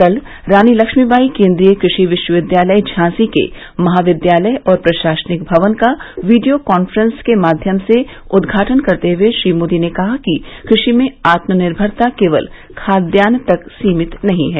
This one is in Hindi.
कल रानी लक्ष्मीबाई केंद्रीय कृषि विश्वविद्यालय झांसी के महाविद्यालय और प्रशासनिक भवन का वीडियो काफ्रेंस के माध्यम से उद्घाटन करते हुए श्री मोदी ने कहा कि कृषि में आत्मनिर्भरता केवल खाद्यान्न तक सीमित नहीं है